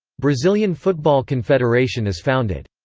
brazilian football confederation is founded.